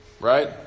right